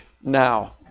now